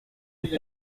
est